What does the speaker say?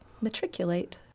matriculate